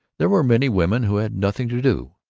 there were many women who had nothing to do.